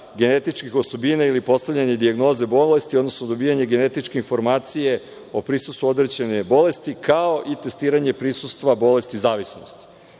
genetičkih osobina ili postavljanje dijagnoze bolesti, odnosno dobijanje genetičke informacije o prisustvu određene bolesti, kao i testiranje prisustva bolesti zavisnosti. Mislimo